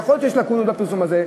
ויכול להיות שיש לקונות בפרסום הזה,